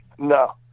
No